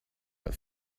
but